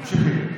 ממשיכים.